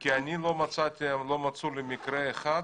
כי לא מצאו לי מקרה אחד